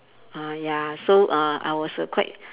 err ya so uh I was err quite